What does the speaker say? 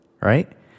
right